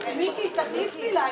מי נגד?